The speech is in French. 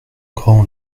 grand